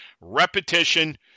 repetition